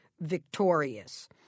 Victorious